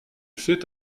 fait